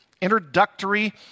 introductory